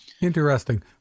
Interesting